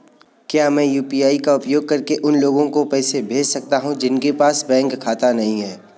क्या मैं यू.पी.आई का उपयोग करके उन लोगों को पैसे भेज सकता हूँ जिनके पास बैंक खाता नहीं है?